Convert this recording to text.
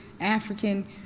African